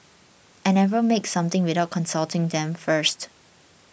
I never make something without consulting them first